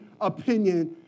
opinion